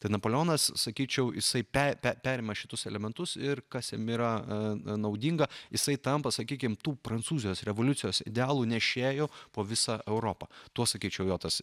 tai napoleonas sakyčiau jisai pe pe perima šituos elementus ir kas jam yra naudinga jisai tampa sakykime tų prancūzijos revoliucijos idealų nešėju po visą europą tuo sakyčiau jo tas